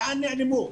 לאן נעלמו?